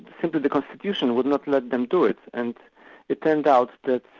simply the constitution would not let them do it. and it turned out that